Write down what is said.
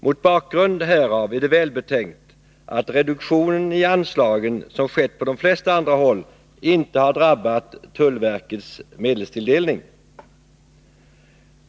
Mot bakgrund härav är det välbetänkt att den reduktion av anslagen som skett på de flesta andra håll inte har drabbat tullverkets anslag.